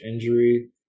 injury